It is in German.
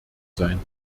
sein